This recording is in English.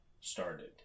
started